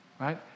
right